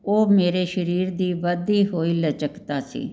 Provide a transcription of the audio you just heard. ਉਹ ਮੇਰੇ ਸਰੀਰ ਦੀ ਵਧਦੀ ਹੋਈ ਲਚਕਤਾ ਸੀ